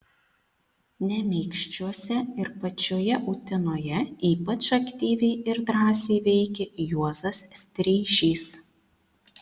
nemeikščiuose ir pačioje utenoje ypač aktyviai ir drąsiai veikė juozas streižys